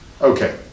okay